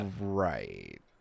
right